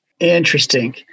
Interesting